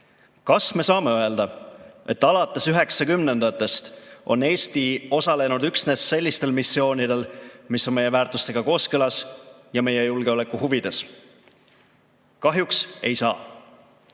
Kas me saame öelda, et alates 1990‑ndatest on Eesti osalenud üksnes sellistel missioonidel, mis on meie väärtustega kooskõlas ja meie julgeoleku huvides? Kahjuks ei saa.